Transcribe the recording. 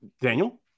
Daniel